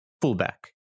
fullback